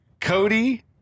Cody